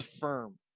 firm